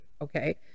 okay